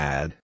Add